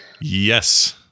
yes